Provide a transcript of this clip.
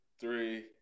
three